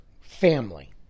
family